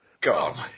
God